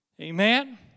amen